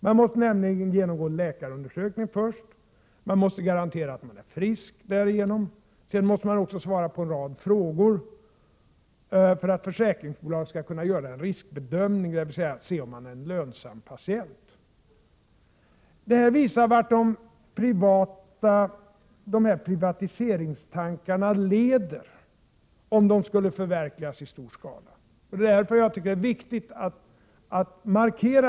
Man måste nämligen först genomgå en läkarundersökning, och det måste därigenom garanteras att man är frisk. Sedan måste man svara på en rad frågor för att försäkringsbolaget skall kunna göra en riskbedömning, dvs. se om man är en lönsam försäkringstagare. Detta visar vart privatiseringstankarna leder till, om de skulle förverkligas i stor skala. Jag tycker därför att det är viktigt att detta markeras.